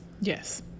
Yes